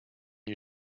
you